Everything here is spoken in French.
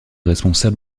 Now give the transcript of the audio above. responsable